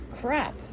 crap